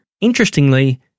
Interestingly